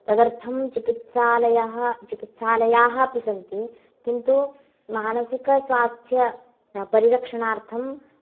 तदर्थं चिकित्सालयः चिकित्सालयाः अपि सन्ति किन्तु मानसिकस्वास्थ्य परिरक्षणार्थं